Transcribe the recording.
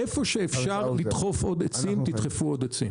איפה שאפשר לדחוף עוד עצים תדחפו עוד עצים.